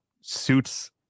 suits